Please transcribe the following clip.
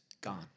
Gone